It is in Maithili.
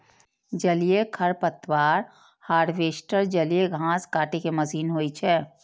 जलीय खरपतवार हार्वेस्टर जलीय घास काटै के मशीन होइ छै